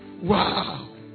Wow